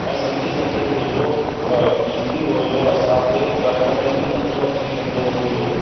ऐं सिंधी सबजेक्ट हेॾो ईज़ी हुयो असांखे करण में बि मज़ो अची वेंदो हुयो